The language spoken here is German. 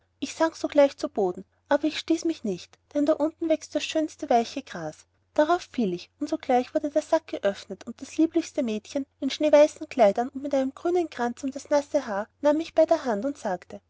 ich sank sogleich zu boden aber ich stieß mich nicht denn da unten wächst das schönste weiche gras darauf fiel ich und sogleich wurde der sack geöffnet und das lieblichste mädchen in schneeweißen kleidern und mit einem grünen kranz um das nasse haar nahm mich bei der hand und sagte